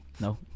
No